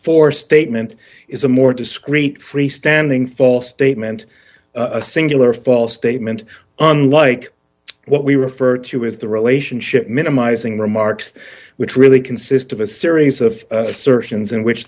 for statement is a more discreet freestanding false statement a singular false statement unlike what we refer to as the relationship minimizing remarks which really consist of a series of assertions in which